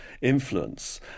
influence